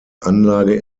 anlage